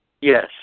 Yes